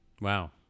Wow